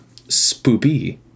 Spoopy